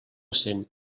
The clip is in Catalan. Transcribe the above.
sent